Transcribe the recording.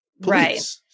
Right